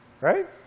right